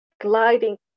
gliding